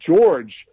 george